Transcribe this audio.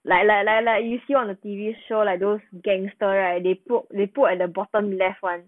like like like like you see on the T_V show like those gangster right they put they put at the bottom left [one]